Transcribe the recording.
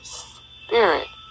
spirit